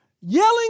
yelling